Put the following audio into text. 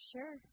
Sure